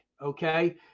okay